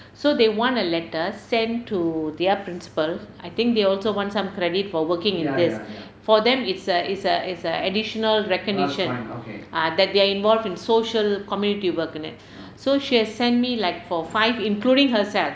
so they want a letter sent to their principal I think they also want some credit for working in this for them it's a it's a it's a additional recognition ah that they are involved in social community work on it so she has sent me like for five including herself